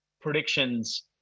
predictions